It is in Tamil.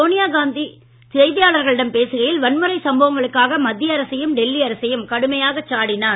சோனியா காந்தி செய்தியாளர்களிடம் பேசுகையில் வன்முறை சம்பவங்களுக்காக மத்திய அரசையும் டெல்லி அரசையும் கடுமையாக சாடினார்